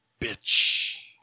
Bitch